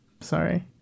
Sorry